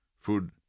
food